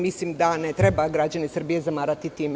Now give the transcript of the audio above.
Mislim da ne treba građane Srbije zamarati time.